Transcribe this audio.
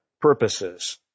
purposes